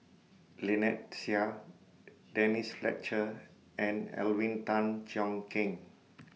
Lynnette Seah Denise Fletcher and Alvin Tan Cheong Kheng